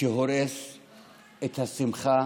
שהוא הורס את השמחה